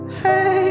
hey